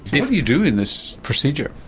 do you do in this procedure?